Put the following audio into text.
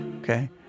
okay